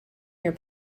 your